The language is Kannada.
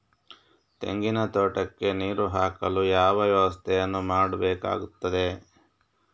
ತೆಂಗಿನ ತೋಟಕ್ಕೆ ನೀರು ಹಾಕಲು ಯಾವ ವ್ಯವಸ್ಥೆಯನ್ನು ಮಾಡಬೇಕಾಗ್ತದೆ?